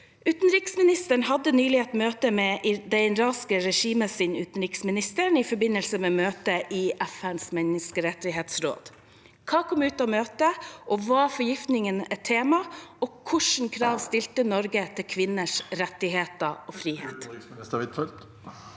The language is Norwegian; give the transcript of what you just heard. Utenriksministeren hadde nylig et møte med det iranske regimets utenriksminister, i forbindelse med møtet i FNs menneskerettighetsråd. Hva kom ut av møtet? Var forgiftningene et tema? Hvilke krav stilte Norge angående kvinners rettigheter og frihet?